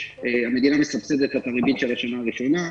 המדינה מסבסדת לו את הריבית של השנה הראשונה.